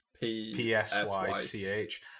P-S-Y-C-H